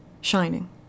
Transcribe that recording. Shining